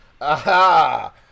Aha